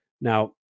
Now